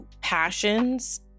passions